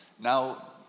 Now